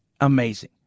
amazing